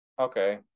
okay